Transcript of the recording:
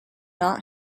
not